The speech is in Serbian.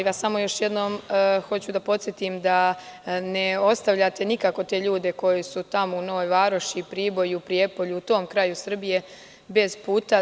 Samo još jednom hoću da vas podsetim da ne ostavljate nikako te ljude koji su tamo u Novoj Varoši, Priboju, Prijepolju, u tom kraju Srbije, bez puta.